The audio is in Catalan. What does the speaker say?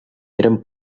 eren